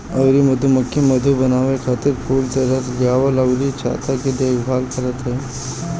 अउरी मधुमक्खी मधु बनावे खातिर फूल से रस लियावल अउरी छत्ता के देखभाल करत हई